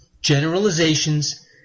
generalizations